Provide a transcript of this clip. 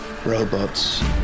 Robots